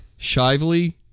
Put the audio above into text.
Shively